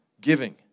giving